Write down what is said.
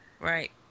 Right